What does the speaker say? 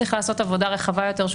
צריך לעשות עבודה רחבה יותר,